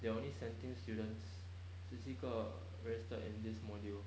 there're only seventeen students 十七个 registered in this module